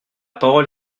parole